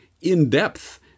in-depth